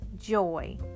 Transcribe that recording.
Joy